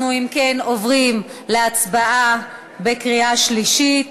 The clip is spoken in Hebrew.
אנחנו, אם כן, עוברים להצבעה בקריאה שלישית.